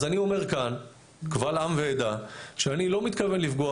אז אני אומר כאן קבל עם ועדה שאני לא מתכוון לפגוע